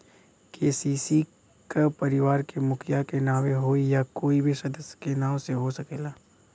KCC का परिवार के मुखिया के नावे होई या कोई भी सदस्य के नाव से हो सकेला?